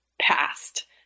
past